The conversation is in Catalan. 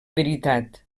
veritat